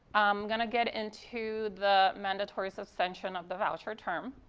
i'm going to get into the mandatory suspension of the voucher term.